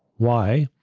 why,